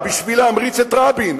בשביל להמריץ את רבין.